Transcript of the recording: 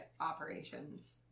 operations